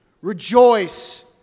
rejoice